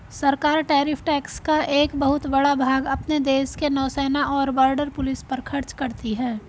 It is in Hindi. सरकार टैरिफ टैक्स का एक बहुत बड़ा भाग अपने देश के नौसेना और बॉर्डर पुलिस पर खर्च करती हैं